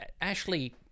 ashley